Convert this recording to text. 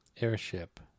airship